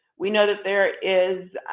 we know that there is